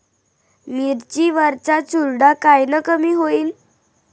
मिरची वरचा चुरडा कायनं कमी होईन?